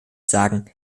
sagen